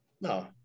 No